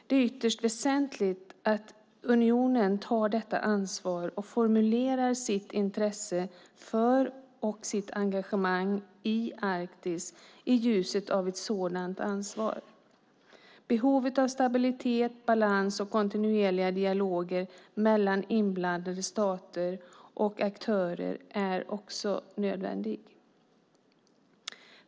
Det är ytterst väsentligt att unionen tar detta ansvar och formulerar sitt intresse för och sitt engagemang i Arktis i ljuset av ett sådant ansvar. Stabilitet, balans och kontinuerliga dialoger mellan inblandade stater och aktörer är också nödvändigt.